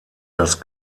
das